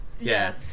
Yes